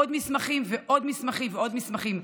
עוד מסמכים ועוד מסמכים ועוד מסמכים.